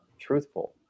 Truthful